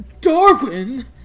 Darwin